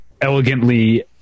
elegantly